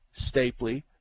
Stapley